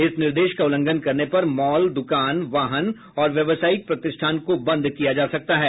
इस निर्देश का उल्लंघन करने पर मॉल दुकान वाहन और व्यवसायिक प्रतिष्ठान को बंद किया जा सकता है